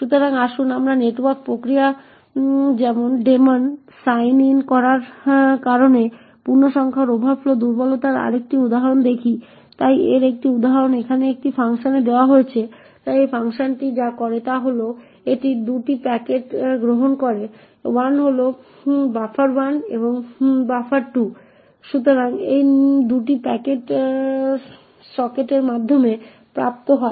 সুতরাং আসুন আমরা একটি নেটওয়ার্ক প্রক্রিয়া বা ডেমন সাইন ইন করার কারণে পূর্ণসংখ্যার ওভারফ্লো দুর্বলতার আরেকটি উদাহরণ দেখি তাই এর একটি উদাহরণ এখানে এই ফাংশনে দেওয়া হয়েছে তাই এই ফাংশনটি যা করে তা হল এটি 2 প্যাকেট গ্রহণ করে 1 হল buffer1 এবং buffer2 সুতরাং এই 2টি প্যাকেট সকেটের মাধ্যমে প্রাপ্ত হয়